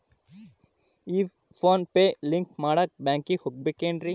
ಈ PhonePe link ಮಾಡಾಕ ಬ್ಯಾಂಕಿಗೆ ಹೋಗ್ಬೇಕೇನ್ರಿ?